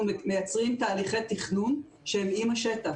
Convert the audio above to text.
אנחנו מייצרים תהליכי תכנון עם השטח,